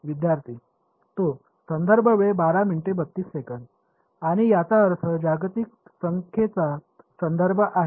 विद्यार्थी तो आणि याचा अर्थ जागतिक संख्येचा संदर्भ आहे